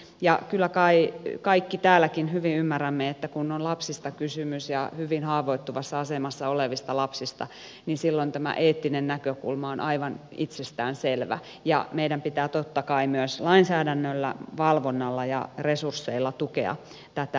ja kyllä kai kaikki täälläkin hyvin ymmärrämme että kun on lapsista kysymys ja hyvin haavoittuvassa asemassa olevista lapsista niin silloin tämä eettinen näkökulma on aivan itsestään selvä ja meidän pitää totta kai myös lainsäädännöllä valvonnalla ja resursseilla tukea tätä työtä